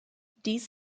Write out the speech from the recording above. dies